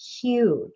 huge